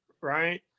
Right